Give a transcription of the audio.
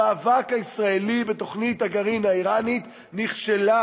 המאבק הישראלי בתוכנית הגרעין האירני נכשל,